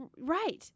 Right